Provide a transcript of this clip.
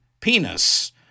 penis